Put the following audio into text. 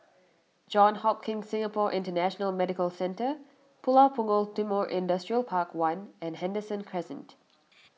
Johns Hopkins Singapore International Medical Centre Pulau Punggol Timor Industrial Park one and Henderson Crescent